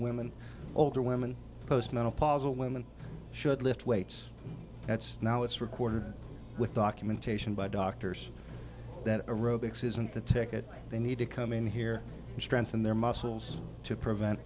women older women postmenopausal women should lift weights that's now it's recorded with documentation by doctors that aerobics isn't the ticket they need to come in here and strengthen their muscles to prevent